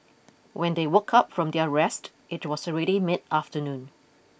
when they woke up from their rest it was already mid afternoon